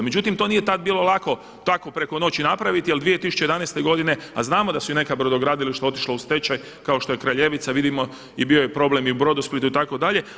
Međutim, to nije tad bilo lako tako preko noći napraviti, jer 2011. godine, a znamo da su i neka brodogradilišta otišla u stečaj kao što je Kraljevica vidimo i bio je problem i u Brodosplitu itd.